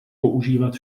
používat